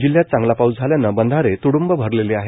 जिल्ह्यात चांगला पाऊस झाल्याने बंधारे तुडुंब भरले आहेत